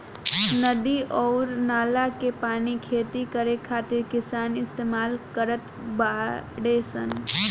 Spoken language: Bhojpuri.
नदी अउर नाला के पानी खेती करे खातिर किसान इस्तमाल करत बाडे सन